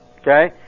Okay